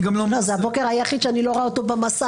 זה הבוקר היחיד שאני לא רואה אותו על גבי מס,